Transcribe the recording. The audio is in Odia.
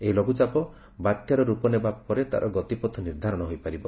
ଏହି ଲଘୁଚାପ ବାତ୍ୟାର ରୂପ ନେବା ପରେ ତାର ଗତିପଥ ନିର୍ଦ୍ଦାରଣ ହୋଇପାରିବ